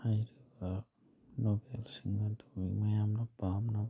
ꯍꯥꯏꯔꯤꯕ ꯅꯣꯕꯦꯜꯁꯤꯡ ꯑꯗꯨ ꯃꯌꯥꯝꯅ ꯄꯥꯝꯅ